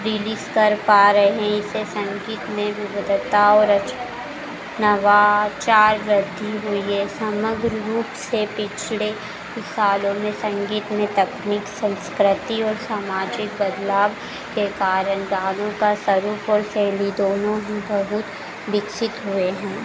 release कर पा रहे हैं इससे संगीत में विविधता और नवाचार वृद्धि हुई है समग्र रूप से पिछड़े कुछ सालों में संगीत में तकनीक संस्कृति और सामाजिक बदलाव के कारण गानों का स्वरूप और शैली दोनों ही बहुत विकसित हुए हैं